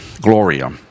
Gloria